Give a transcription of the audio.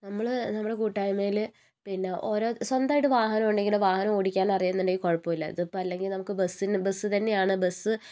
നമ്മൾ നമ്മളെ കൂട്ടായ്മയിൽ പിന്നെ ഓരോ സ്വന്തമായിട്ട് വാഹനം ഉണ്ടെങ്കിൽ വാഹനം ഓടിക്കാൻ അറിയുന്നുണ്ടെങ്കിൽ കുഴപ്പമില്ല ഇതിപ്പോൾ അല്ലെങ്കിൽ നമുക്ക് ബസിന് ബസ് തന്നെയാണ് ബസ്